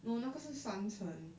no 那个是 San Chen